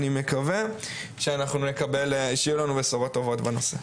אני מקווה שיהיה לנו בשורות טובות בנושא.